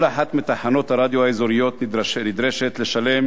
כל אחת מתחנות הרדיו האזוריות נדרשת לשלם